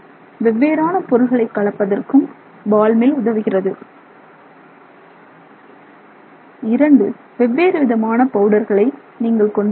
வெவ்வேறான பொருள்களை கலப்பதற்கு பால் மில் உதவுகிறது 2 வெவ்வேறு விதமான பவுடர்களை நீங்கள் கொண்டுள்ளீர்கள்